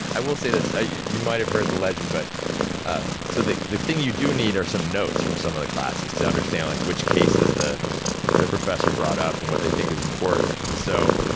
i will say this, you might have heard the legend, but so the one thing you do need are some notes from some of the classes, to understand like which cases the the professor brought up, and what they think is important. and so,